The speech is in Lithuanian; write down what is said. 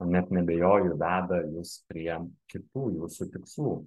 net neabejoju veda jus prie kitų jūsų tikslų